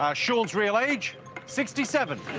um shores real age sixty seven